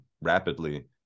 rapidly